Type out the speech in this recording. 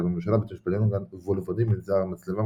קריית הממשלה; בית המשפט העליון; גן וואהל לוורדים; מנזר המצלבה;